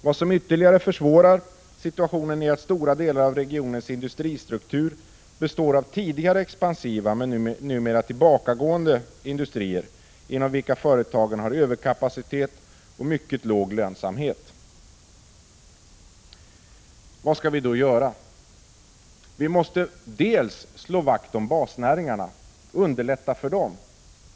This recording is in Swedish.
Vad som ytterligare försvårar situationen är att en stor del av regionens struktur avgörs av industrier som tidigare har varit expansiva men som nu är på tillbakagång. Företagen har överkapacitet och mycket låg lönsamhet. Vad skall vi då göra? Ja, vi måste slå vakt om basnäringarna och underlätta för dem.